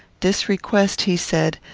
this request, he said,